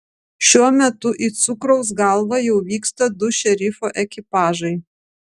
šiuo metu į cukraus galvą jau vyksta du šerifo ekipažai